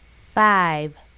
Five